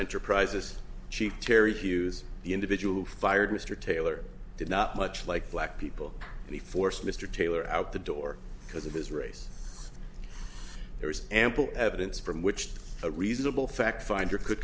enterprises chief cary hughes the individual fired mr taylor did not much like black people and he forced mr taylor out the door because of his race there was ample evidence from which a reasonable fact finder could